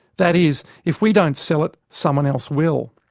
that is, if we don't sell it someone else will!